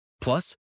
Plus